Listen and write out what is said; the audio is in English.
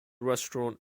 restaurant